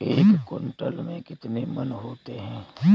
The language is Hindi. एक क्विंटल में कितने मन होते हैं?